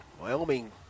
Wyoming